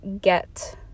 get